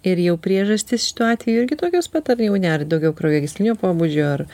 ir jau priežastys šituo atveju irgi tokios pat ar jau ne daugiau kraujagyslinio pobūdžio ar